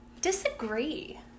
disagree